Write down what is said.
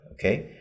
okay